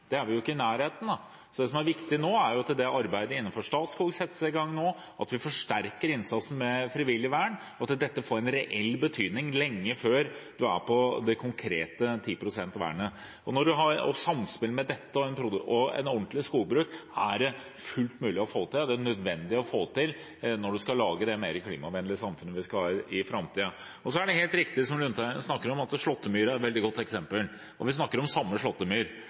vi allerede er på 10 pst., det er vi ikke i nærheten av. Det som er viktig, er at arbeidet innenfor Statskog settes i gang nå, at vi forsterker innsatsen med frivillig vern, og at dette får en reell betydning lenge før vi er på det konkrete 10 pst.-vernet. Samspillet mellom dette og et ordentlig skogbruk er det fullt mulig å få til, og det er det nødvendig å få til, når man skal lage det mer klimavennlige samfunnet som vi skal ha i framtida. Så er det helt riktig, som Lundteigen sier, at Slåttemyra er et veldig godt eksempel, og vi snakker om den samme